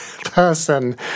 person